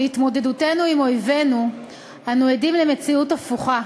בהתמודדותנו עם אויבינו אנו עדים למציאות הפוכה: